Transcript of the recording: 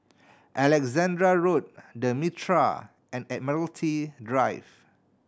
Alexandra Road The Mitraa and Admiralty Drive